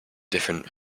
different